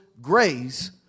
grace